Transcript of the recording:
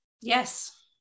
Yes